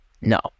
No